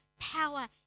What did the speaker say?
power